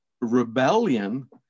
rebellion